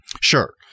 Sure